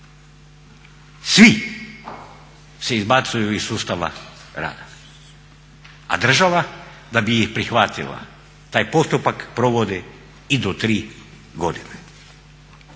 svi se izbacuju iz sustava rada, a država da bi ih prihvatila taj postupak provodi i do 3 godine.